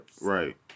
Right